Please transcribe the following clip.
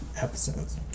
episodes